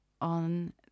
on